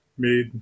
made